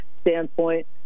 standpoint